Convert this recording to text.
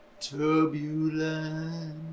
turbulent